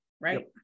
right